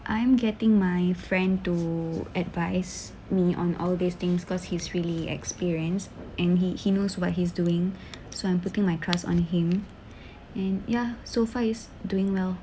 I am getting my friend to advise me on all of these things because he's really experienced and he he knows what he's doing so I'm putting my trust on him and ya so far it's doing well